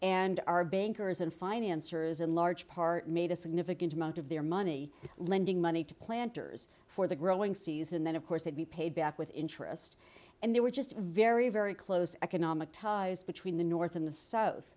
and our bankers and finance or is in large part made a significant amount of their money lending money to planters for the growing season and then of course they'd be paid back with interest and they were just very very close economic ties between the north and the south